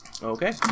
Okay